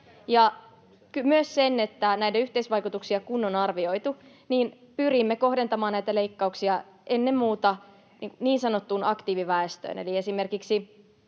myös sen, että kun näiden yhteisvaikutuksia on arvioitu, niin pyrimme kohdentamaan näitä leikkauksia ennen muuta niin sanottuun aktiiviväestöön.